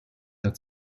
der